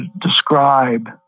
describe